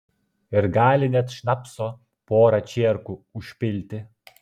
ir gali net šnapso porą čierkų užpilti